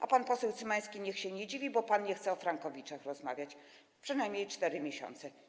A pan poseł Cymański niech się nie dziwi, bo pan nie chce o frankowiczach rozmawiać, przynajmniej 4 miesiące.